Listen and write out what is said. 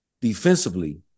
defensively